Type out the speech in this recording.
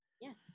Yes